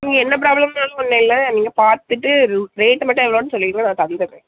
நீங்கள் என்ன ப்ராப்ளம்னாலும் ஒன்றும் இல்லை நீங்கள் பார்த்துட்டு ரூ ரேட் மட்டும் எவ்வளோனு சொல்லிடுங்க நான் தந்துடறேன்